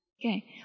Okay